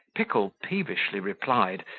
pickle peevishly replied,